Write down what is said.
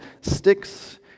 sticks